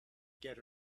get